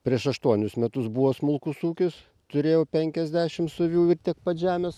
prieš aštuonius metus buvo smulkus ūkis turėjau penkiasdešims avių ir tiek pat žemės